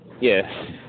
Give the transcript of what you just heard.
yes